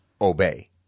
obey